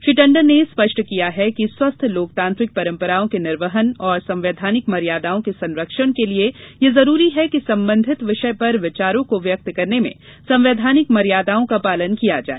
श्री टंडन ने स्पष्ट किया है कि स्वस्थ लोकतांत्रिक परम्पराओं के निर्वहन और संवैधानिक मर्यादाओं के संरक्षण के लिए यह आवश्यक है कि संबंधित विषय पर विचारों को व्यक्त करने में संवैधानिक मर्यादाओं का पालन किया जाए